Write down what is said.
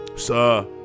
sir